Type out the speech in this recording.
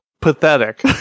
pathetic